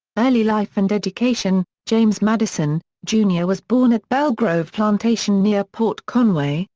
early life and education james madison, jr. was born at belle grove plantation near port conway,